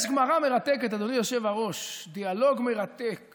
יש גמרא מרתקת, אדוני היושב-ראש, דיאלוג מרתק